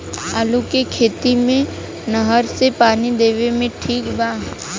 आलू के खेती मे नहर से पानी देवे मे ठीक बा?